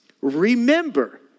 remember